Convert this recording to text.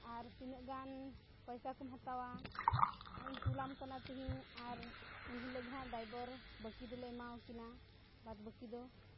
ᱟᱨ ᱛᱤᱱᱟᱹ ᱜᱟᱱ ᱯᱚᱭᱥᱟ ᱠᱚᱢ ᱦᱟᱛᱟᱣᱟ ᱱᱚᱜᱼᱚᱭ ᱤᱧ ᱠᱩᱞᱟᱢ ᱠᱟᱱᱟ ᱛᱮᱦᱮᱧ ᱟᱨ ᱩᱱ ᱦᱤᱞᱳᱜ ᱜᱮᱦᱟᱸᱜ ᱰᱟᱭᱵᱷᱟᱨ ᱵᱟᱹᱠᱤ ᱫᱚᱞᱮ ᱮᱢᱟᱣ ᱠᱤᱱᱟ ᱵᱟᱫ ᱵᱟᱹᱠᱤ ᱫᱚ